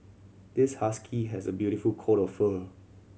this husky has a beautiful coat of fur